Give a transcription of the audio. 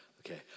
Okay